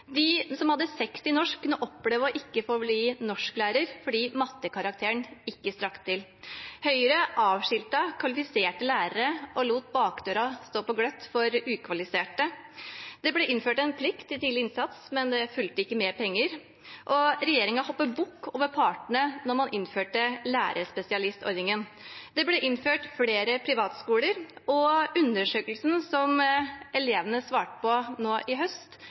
De som hadde karakteren 6 i norsk, kunne oppleve å ikke få bli norsklærer fordi mattekarakteren ikke strakk til. Høyre avskiltet kvalifiserte lærere og lot bakdøra stå på gløtt for ukvalifiserte. Det ble innført en plikt om tidlig innsats, men det fulgte ikke med penger. Og regjeringen hoppet bukk over partene da man innførte lærerspesialistordningen. Det ble opprettet flere privatskoler, og undersøkelsen som elevene svarte på i høst,